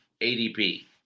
ADP